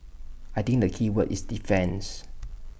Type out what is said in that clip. I think the keyword is defence